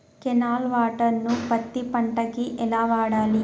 Canal water ను పత్తి పంట కి ఎలా వాడాలి?